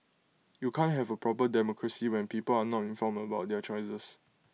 you can't have A proper democracy when people are not informed about their choices